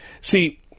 See